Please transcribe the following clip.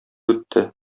үтте